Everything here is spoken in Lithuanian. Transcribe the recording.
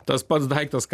tas pats daiktas ką